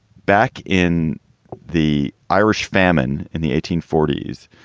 back in the irish famine in the eighteen forties,